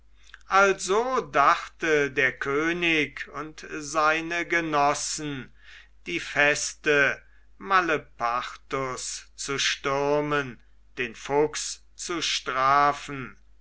also dachte der könig und seine genossen die feste malepartus zu stürmen den fuchs zu strafen